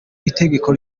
itegeko